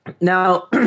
Now